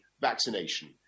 vaccination